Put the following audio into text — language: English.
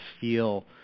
feel